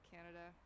Canada